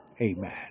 Amen